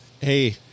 hey